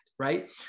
right